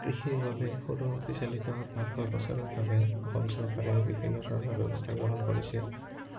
কৃষিৰ বাবে সৰু শক্তিচালিত বা প্ৰৰ প্ৰ্ৰচাৰৰ বাবে অসম চৰকাৰে বিভিন্ন ধৰণৰ ব্যৱস্থা গ্ৰহণ কৰিছে